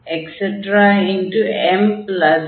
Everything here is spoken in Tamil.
mm1mn 1 என்று கிடைத்தது